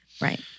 Right